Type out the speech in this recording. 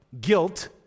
Guilt